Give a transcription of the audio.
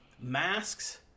masks